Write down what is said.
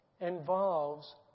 involves